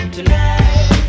Tonight